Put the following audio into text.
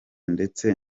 ndetse